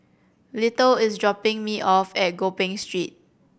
Little is dropping me off at Gopeng Street